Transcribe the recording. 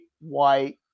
white